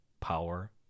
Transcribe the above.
power